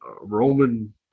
Roman